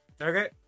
okay